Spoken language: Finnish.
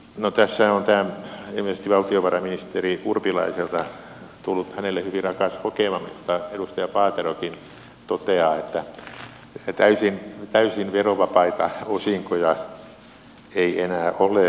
no tässähän on tämä ilmeisesti valtiovarainministeri urpilaiselta tullut hänelle hyvin rakas hokema mutta edustaja paaterokin toteaa että täysin verovapaita osinkoja ei enää ole